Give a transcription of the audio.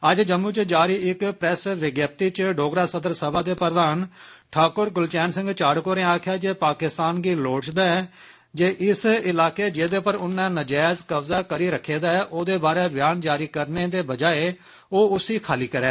अज्ज जम्मू च जारी इक प्रेस विज्ञप्ति च डोगरा सदर सभा दे प्रधान डाकुर गुलचैन सिंह चाढ़क होरें आक्खेआ जे पाकिस्तान गी लोड़चदा ऐ जे इस इलाके जेह्दे पर उन्नै नजैज कब्जा करी रखे दा ऐ ओदे बारे ब्यानबाजी करने दे बजाए ओ उसी खाली करै